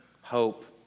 hope